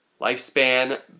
Lifespan